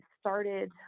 started